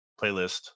playlist